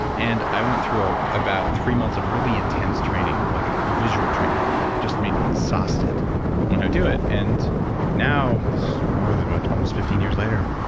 and i went through ah about three months of really intense training, like visual training, that just made me exhausted when i do it. and now, it's more than almost fifteen years later.